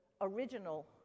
original